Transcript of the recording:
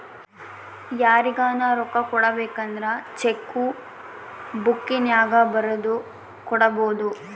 ಯಾರಿಗನ ರೊಕ್ಕ ಕೊಡಬೇಕಂದ್ರ ಚೆಕ್ಕು ಬುಕ್ಕಿನ್ಯಾಗ ಬರೆದು ಕೊಡಬೊದು